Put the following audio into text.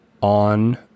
on